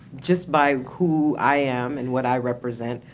just by who i am and what i represent,